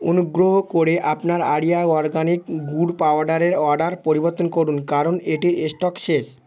অনুগ্রহ করে আপনার আরিয়া অরগ্যানিক গুড় পাউডারের অর্ডার পরিবর্তন করুন কারণ এটি স্টক শেষ